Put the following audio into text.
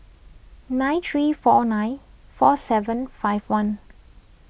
nine three four nine four seven five one